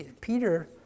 Peter